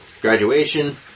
graduation